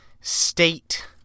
state